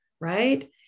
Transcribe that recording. right